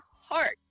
heart